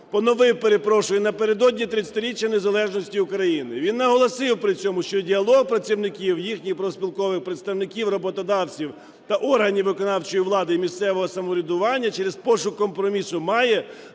поновив, перепрошую, напередодні 30-річчя незалежності України. Він наголосив при цьому, що діалог працівників, їхніх профспілкових представників, роботодавців та органів виконавчої влади і місцевого самоврядування через пошук компромісу має